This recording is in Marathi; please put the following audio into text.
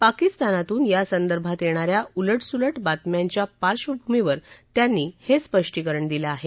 पाकिस्तानातून यासंदर्भात येणा या उलटसुलट बातम्यांच्या पार्श्वभूमीवर त्यांनी हे स्पष्टीकरण दिलं आहे